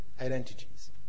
identities